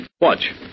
Watch